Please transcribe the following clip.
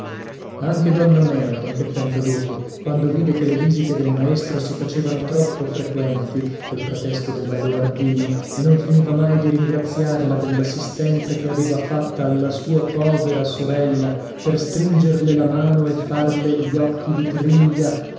anche donna mena qualche tempo dopo quando vide che le visite del maestro si facevano troppo frequenti col pretesto dellaloardino e non finiva mai di ringraziarla dell assistenza che aveva fatta alla sua povera sorella per stringerle la mano e farle gli occhi di triglia